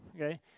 okay